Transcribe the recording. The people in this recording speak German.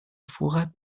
vorrat